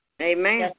Amen